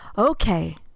Okay